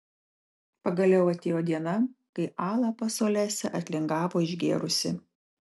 pagaliau atėjo diena kai ala pas olesią atlingavo išgėrusi